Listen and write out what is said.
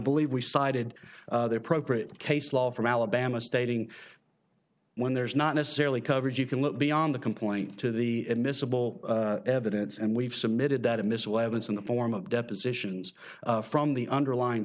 believe we sided they appropriate case law from alabama stating when there's not necessarily coverage you can look beyond the complaint to the admissible evidence and we've submitted that a missile evidence in the form of depositions from the underlyin